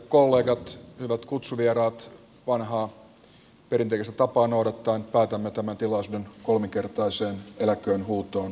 edustajat ja kutsuvieraat nousivat seisomaan ja yhtyivät kolminkertaiseen eläköön huutoon